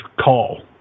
Call